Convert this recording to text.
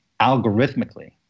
algorithmically